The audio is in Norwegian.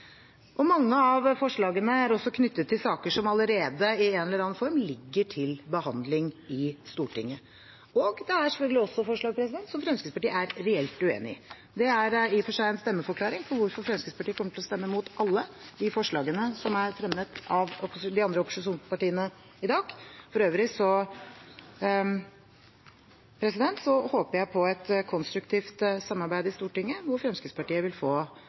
Mange av forslagene er også knyttet til saker som allerede i en eller annen form ligger til behandling i Stortinget, og det er selvfølgelig også forslag som Fremskrittspartiet er reelt uenig i. Det er i og for seg en stemmeforklaring for hvorfor Fremskrittspartiet kommer til å stemme imot alle de forslagene som er fremmet av de andre opposisjonspartiene i dag. For øvrig håper jeg på et konstruktivt samarbeid i Stortinget hvor Fremskrittspartiet vil få